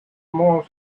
more